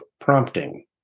prompting